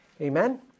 Amen